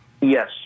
Yes